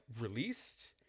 released